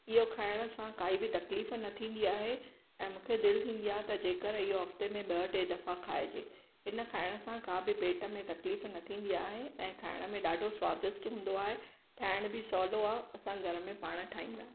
इओ खाइण सां काई बि तकलीफ़ न थींदी आहे ऐं मूंखे दिलि थींदी आहे त जेकर इहो हफ़्ते में ॿ टे दफ़ा खाइजे हिन खाइण सां का बि पेट में तकलीफ़ न थींदी आहे ऐं खाइण में ॾाढो स्वादिष्ट हूंदो आहे ठाहिण बि सवलो आहे असां घर में पाणि ठाहींदा